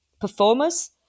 performers